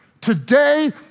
Today